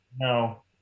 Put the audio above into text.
no